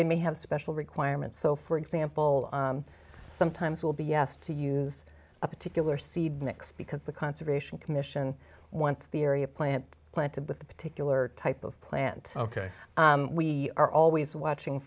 they may have special requirements so for example sometimes will be asked to use a particular seed mix because the conservation commission wants the area plant planted with the particular type of plant ok we are always watching